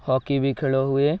hockey ବି ଖେଳ ହୁଏ